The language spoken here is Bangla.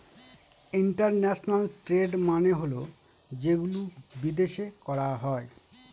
ইন্টারন্যাশনাল ট্রেড মানে হল যেগুলো বিদেশে করা হয়